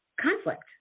conflict